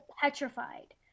petrified